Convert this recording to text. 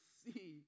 see